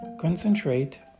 concentrate